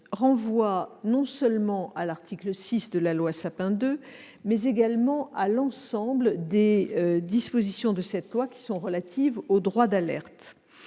renvoie non seulement à l'article 6 de la loi Sapin II, mais également à l'ensemble des dispositions de cette loi relatives au droit d'alerte.